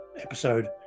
episode